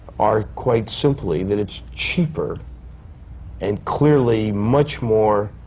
are quite simply that it's cheaper and clearly much more,